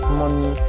money